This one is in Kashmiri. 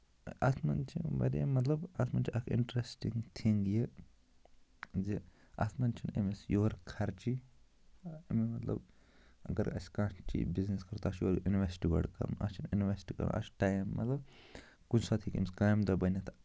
تہٕ اَتھ منٛز چھِ یِم واریاہ مطلب اَتھ منٛز چھِ اَکھ اِنٛٹرٛسٹِنٛگ تھِنٛگ یہِ زِ اَتھ منٛز چھِنہٕ أمِس یورٕ خرچی مطلب اَگر اَسہِ کانٛہہ بِزنِس کرو تَتھ چھِ یورٕ اِنوٮ۪سٹ گۄڈٕ کَرُن اَتھ چھِنہٕ اِنوٮ۪سٹ کَرُن اَتھ چھُ ٹایِم مطلب کُنہِ ساتہٕ ہیٚکہِ أمِس کامہِ دۄہ بٔنِتھ